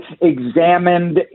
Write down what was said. examined